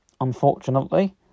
unfortunately